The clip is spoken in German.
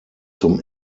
zum